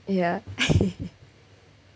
ya